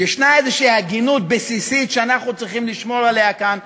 יש איזו הגינות בסיסית שאנחנו צריכים לשמור עליה כאן,